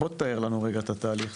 תאר לנו את התהליך.